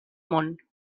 món